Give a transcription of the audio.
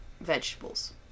vegetables